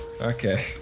Okay